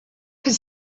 his